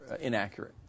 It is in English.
inaccurate